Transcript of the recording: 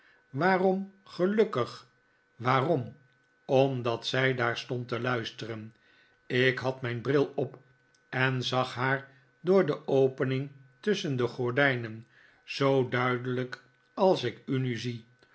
waarom gelukkig n waarom omdat zij daar stond te luisteren ik had mijn bril op en zag haar door de opening tusschen de gordijnen zoo duidelijk als ik u nu zie